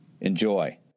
enjoy